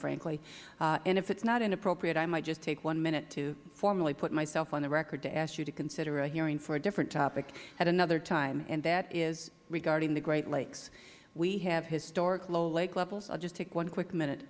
frankly and if it is not inappropriate i might just take one minute to formally put myself on the record to ask you to consider a hearing for a different topic at another time and that is regarding the great lakes we have historic low lake levels i will just take one quick minute